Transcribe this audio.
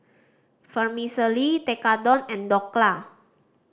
Fermicelli Tekkadon and Dhokla